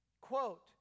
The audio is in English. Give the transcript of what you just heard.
Quote